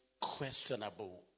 questionable